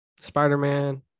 Spider-Man